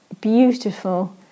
beautiful